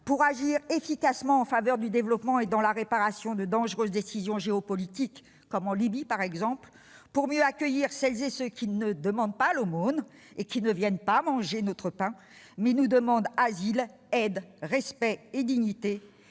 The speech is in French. pour agir efficacement en faveur du développement et pour la réparation de dangereuses décisions géopolitiques, comme en Libye par exemple ; pour mieux accueillir celles et ceux qui ne demandent pas l'aumône, qui ne viennent pas manger notre pain, mais nous demandent asile, aide, respect et dignité,